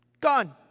Gone